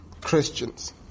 Christians